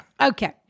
Okay